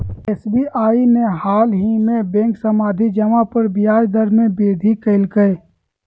SBI ने हालही में बैंक सावधि जमा पर ब्याज दर में वृद्धि कइल्कय